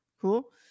Cool